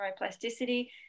neuroplasticity